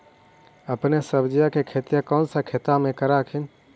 अपने सब्जिया के खेतिया कौन सा खेतबा मे कर हखिन?